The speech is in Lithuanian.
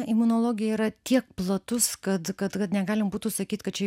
imunologija yra tiek platus kad kad kad negalima būtų sakyt kad čia